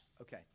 Okay